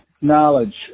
knowledge